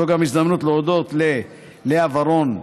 זאת גם הזדמנות להודות ללאה ורון,